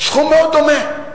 סכום מאוד דומה,